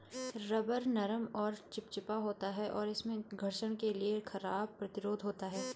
rubber नरम और चिपचिपा होता है, और इसमें घर्षण के लिए खराब प्रतिरोध होता है